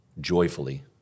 joyfully